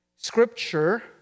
Scripture